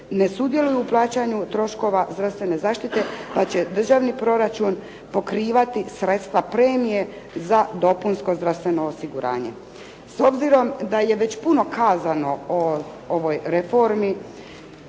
ne sudjeluju u plaćanju troškova zdravstvene zaštite pa će državni proračun pokrivati sredstva premije za dopunsko zdravstveno osiguranje. S obzirom da je već puno kazano o ovoj reformi